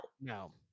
No